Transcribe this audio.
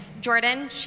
Jordan